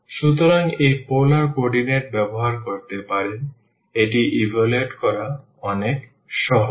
সুতরাং এই polar coordinate ব্যবহার করতে পারেন এটি ইভালুয়েট করা অনেক সহজ